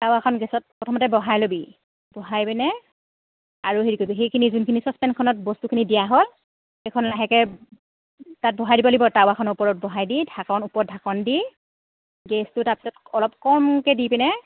টাৱাখন গেছত প্ৰথমতে বহাই ল'বি বহাই পিনে আৰু হেৰি কৰিবি সেইখিনি যোনখিনি চচপেনখনত বস্তুখিনি দিয়া হ'ল সেইখন লাহেকৈ তাত বহাই দিব লাগিব টাৱাখনৰ ওপৰত বহাই দি ঢাকন ওপৰত ঢাকন দি গেছটো তাৰপিছত অলপ কমকৈ দি পিনে